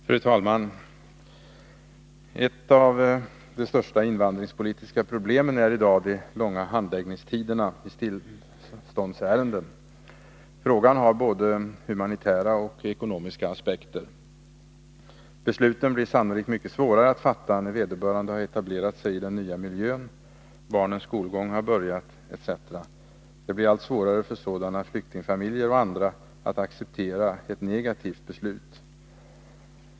Fru talman! Ett av de största invandrarpolitiska problemen är i dag de långa handläggningstiderna i tillståndsärenden. Frågan har både humanitära och ekonomiska aspekter. Besluten blir sannolikt mycket svårare att fatta när vederbörande har etablerat sig i den nya miljön, barnens skolgång har börjat etc. Det blir allt svårare för sådana flyktingfamiljer och andra att acceptera ett negativt beslut.